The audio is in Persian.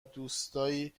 دوستایی